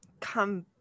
come